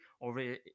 over